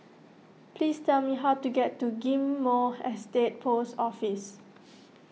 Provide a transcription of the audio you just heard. please tell me how to get to Ghim Moh Estate Post Office